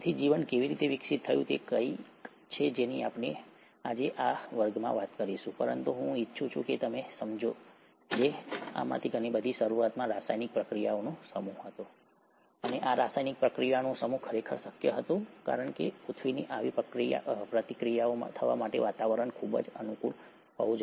તેથી જીવન કેવી રીતે વિકસિત થયું તે કંઈક છે જેની આપણે આજે આ વર્ગમાં વાત કરીશું પરંતુ હું ઇચ્છું છું કે તમે સમજો કે આમાંની ઘણી બધી શરૂઆતમાં રાસાયણિક પ્રતિક્રિયાઓનો સમૂહ હતો અને આ રાસાયણિક પ્રતિક્રિયાઓનો સમૂહ ખરેખર શક્ય હતો કારણ કે પૃથ્વીની આવી પ્રતિક્રિયાઓ થવા માટે વાતાવરણ ખૂબ જ અનુકૂળ હતું